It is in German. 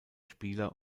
spieler